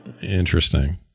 Interesting